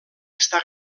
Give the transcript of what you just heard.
està